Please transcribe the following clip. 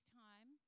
time